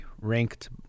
ranked